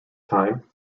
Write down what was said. time